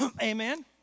Amen